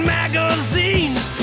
magazines